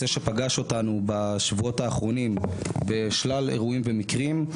שפגש אותנו בשבועות האחרונים בשלל אירועים ומקרים.